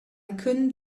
couldn’t